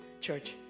church